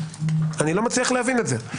אני לא מצליח להבין את זה.